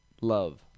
Love